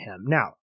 now